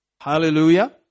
Hallelujah